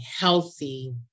healthy